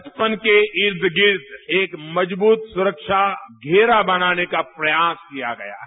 बचपन के ईद गिर्द एक मजबूत सुरक्षा घेरा बनाने का प्रयास किया गया है